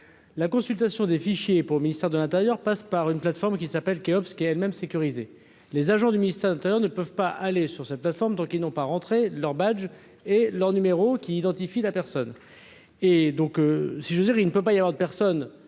la consultation des fichiers pour le ministère de l'Intérieur, passe par une plateforme qui s'appelle Cheops qui elle-même sécurisé, les agents du ministère Intérieur ne ne peuvent pas aller sur cette plateforme donc ils n'ont pas rentré leurs badges et leur numéro qui identifie la personne et donc si je veux dire, il ne peut pas y avoir de personne